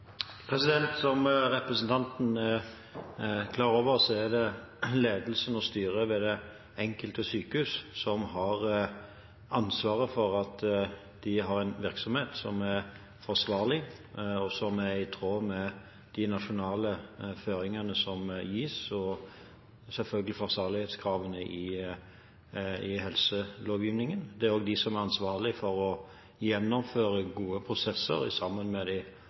Som representanten er klar over, er det ledelsen og styret ved det enkelte sykehus som har ansvaret for at de har en virksomhet som er forsvarlig, og som er i tråd med de nasjonale føringene som gis, og selvfølgelig med forsvarlighetskravene i helselovgivningen. Det er også de som er ansvarlige for å gjennomføre gode prosesser sammen med de